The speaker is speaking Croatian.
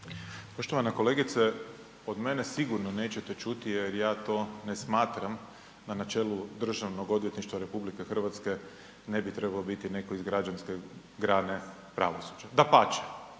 Poštovana kolegice od mene sigurno nećete čuti jer ja to ne smatram da na čelu Državnog odvjetništva RH ne bi trebao biti netko iz građanske grane pravosuđa. Dapače,